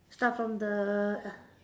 start from the